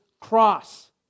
cross